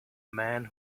man